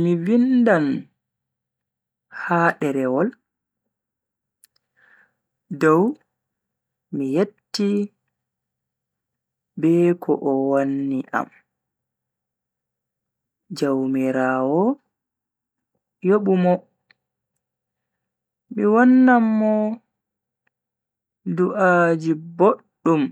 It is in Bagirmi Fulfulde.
Mi vindan ha derewol dow mi yetti be ko owaani am, jaumiraawo yobu mo. Mi wannan mo du'aji boddum